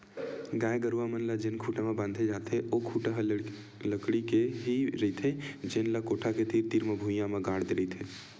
गाय गरूवा मन ल जेन खूटा म बांधे जाथे ओ खूटा ह लकड़ी के ही रहिथे जेन ल कोठा के तीर तीर म भुइयां म गाड़ दे रहिथे